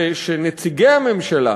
ושנציגי הממשלה,